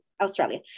Australia